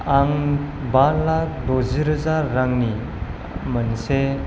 आं बा लाख द'जि रोजा रांनि मोनसे